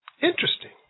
Interesting